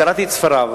קראתי את ספריו,